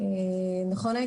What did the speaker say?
איתן, נכון?